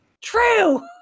true